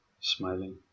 smiling